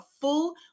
full